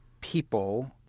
people